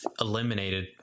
eliminated